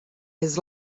his